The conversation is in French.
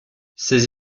ses